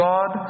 God